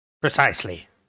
Precisely